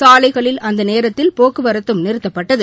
சாலைகளில் அந்த நேரத்தில் போக்குவரத்தும் நிறுத்தப்பட்டது